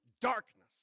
darkness